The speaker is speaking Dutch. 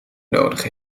nodig